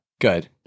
Good